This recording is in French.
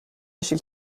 lâcher